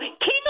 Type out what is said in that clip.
king